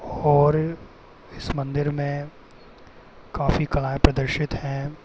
और इस मंदिर में काफ़ी कलाएँ प्रदर्शित हैं